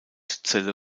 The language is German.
celle